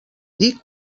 dic